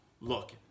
look